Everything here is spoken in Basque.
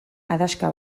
adaxka